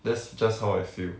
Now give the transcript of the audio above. that's just how I feel